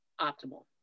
optimal